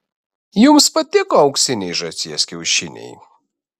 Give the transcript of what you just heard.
jums patiko auksiniai žąsies kiaušiniai